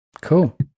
cool